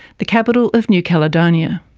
the capital of new caledonia.